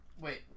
Wait